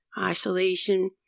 Isolation